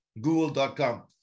google.com